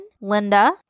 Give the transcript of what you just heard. Linda